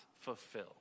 fulfill